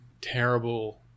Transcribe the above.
terrible